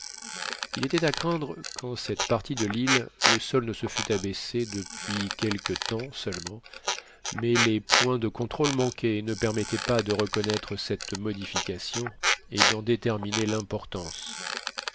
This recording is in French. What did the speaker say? il était à craindre qu'en cette partie de l'île le sol ne se fût abaissé depuis quelque temps seulement mais les points de contrôle manquaient et ne permettaient pas de reconnaître cette modification et d'en déterminer l'importance